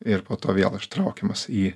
ir po to vėl ištraukiamas į